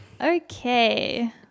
Okay